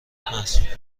محسوب